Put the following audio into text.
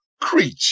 creature